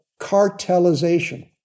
cartelization